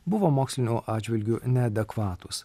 buvo moksliniu atžvilgiu neadekvatūs